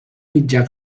mitjà